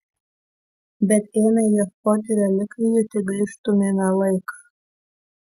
bet ėmę ieškoti relikvijų tik gaištumėme laiką